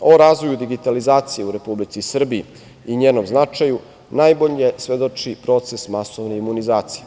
O razvoju digitalizacije u Republici Srbiji i njenom značaju najbolje svedoči proces masovne imunizacije.